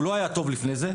הוא לא היה טוב לפני זה.